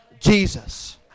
Jesus